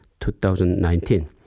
2019